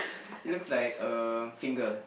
it looks like a finger